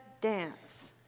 dance